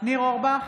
ניר אורבך,